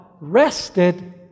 rested